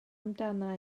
amdana